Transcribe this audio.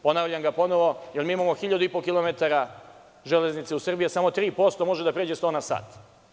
Ponavljam ga ponovo, jer imamo 1500 kilometara železnica u Srbiji, a samo 3% može da pređe 100 na sat.